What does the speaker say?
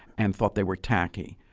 and thought they were tacky.